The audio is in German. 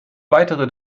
weitere